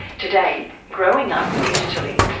today, growing up digitally.